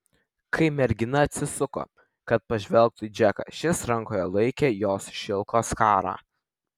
kai mergina atsisuko kad pažvelgtų į džeką šis rankoje laikė jos šilko skarą